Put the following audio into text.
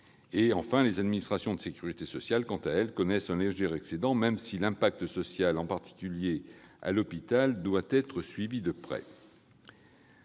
en déficit. Les administrations de sécurité sociale connaissent, quant à elles, un léger excédent, même si l'impact social, en particulier à l'hôpital, doit être suivi de près.